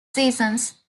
seasons